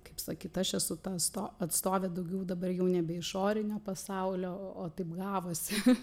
kaip sakyt aš esu ta ats atstovė daugiau dabar jau nebe išorinio pasaulio o taip gavosi